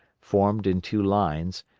formed in two lines,